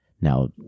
now